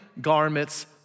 garments